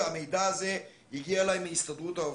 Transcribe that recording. והמידע הזה הגיע אליי מהסתדרות העובדים,